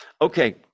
Okay